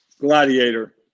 Gladiator